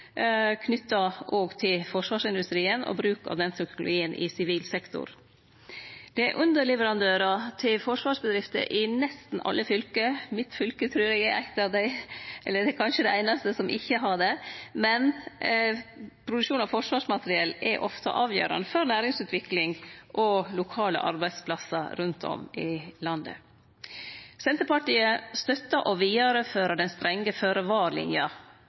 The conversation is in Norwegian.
til forsvarsindustrien og bruk av den teknologien i sivil sektor. Det er underleverandørar til forsvarsbedrifter i nesten alle fylke, mitt fylke trur eg er eitt av dei, eller kanskje det einaste, som ikkje har det. Produksjon av forsvarsmateriell er ofte avgjerande for næringsutvikling og lokale arbeidsplassar rundt om i landet. Senterpartiet støttar å vidareføre den strenge